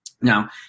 Now